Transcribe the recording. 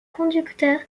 conducteur